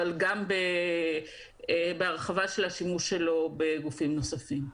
אבל גם בהרחבה של השימוש שלו בגופים נוספים.